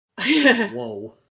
Whoa